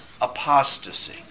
apostasy